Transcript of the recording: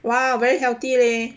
!wow! very healthy leh